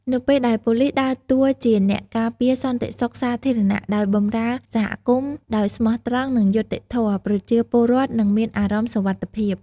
នៅពេលដែល ប៉ូលីសដើរតួជាអ្នកការពារសន្តិសុខសាធារណៈ ដោយបម្រើសហគមន៍ដោយស្មោះត្រង់ និងយុត្តិធម៌ ប្រជាពលរដ្ឋនឹងមាន អារម្មណ៍សុវត្ថិភាព។